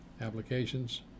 applications